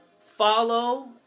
follow